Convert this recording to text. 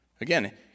Again